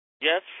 Yes